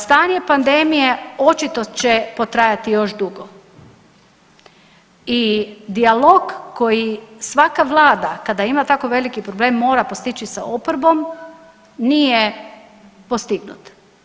Stanje pandemije očito će potrajati još dugo i dijalog koji svaka Vlada kada ima tako veliki problem mora postići sa oporbom nije postignut.